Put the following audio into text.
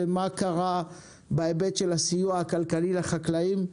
ומה קרה בהיבט של הסיוע הכלכלי לחקלאים.